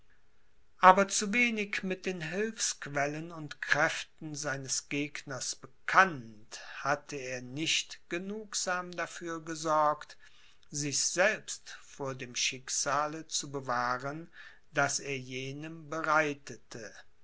aber zu wenig mit den hilfsquellen und kräften seines gegners bekannt hatte er nicht genugsam dafür gesorgt sich selbst vor dem schicksale zu bewahren das er jenem bereitete